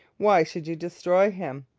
why should you destroy him?